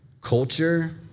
culture